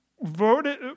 voted